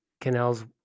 Canals